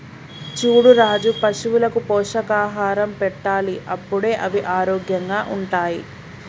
చూడు రాజు పశువులకు పోషకాహారం పెట్టాలి అప్పుడే అవి ఆరోగ్యంగా ఉంటాయి